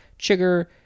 Chigger